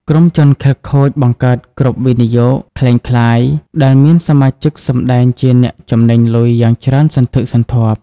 ក្រុមជនខិលខូចបង្កើត "Group វិនិយោគ" ក្លែងក្លាយ ដែលមានសមាជិកសម្តែងជាអ្នកចំណេញលុយយ៉ាងច្រើនសន្ធឹកសន្ធាប់។